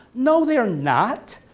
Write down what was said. no they are not.